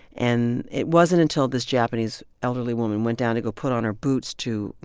and it wasn't until this japanese elderly woman went down to go put on her boots to, you